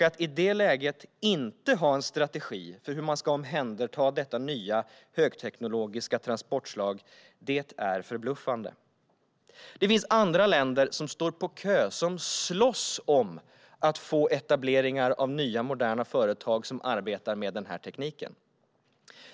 Att i det läget inte ha en strategi för hur man ska omhänderta detta nya högteknologiska transportslag är förbluffande. Det finns andra länder som står i kö och slåss om att få etableringar av nya moderna företag som arbetar med denna teknik.